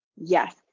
Yes